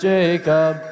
Jacob